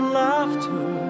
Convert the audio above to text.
laughter